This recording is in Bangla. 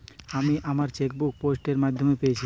আমি আমার চেকবুক পোস্ট এর মাধ্যমে পেয়েছি